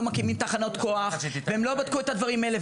מקימים תחנות כוח והם לא בדקו את הדברים האלה,